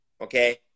okay